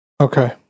Okay